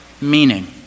meaning